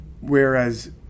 Whereas